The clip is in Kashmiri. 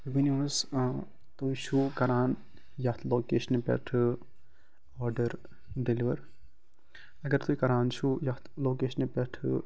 ؤنو حظ آ تُہۍ چھُوا کران یتھ لوکیشنہِ پٮ۪ٹھٕ آرڈَر ڈیٚلِوَر اگر تُہۍ کران چھُو یتھ لوکیشنہِ پٮ۪ٹھٕ